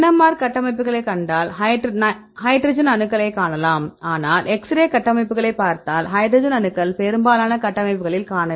NMR கட்டமைப்புகளைக் கண்டால் hydrogen அணுக்களைக் காணலாம் ஆனால் எக்ஸ்ரே கட்டமைப்புகளைப் பார்த்தால் ஹைட்ரஜன் அணுக்கள் பெரும்பாலான கட்டமைப்புகளில் காணவில்லை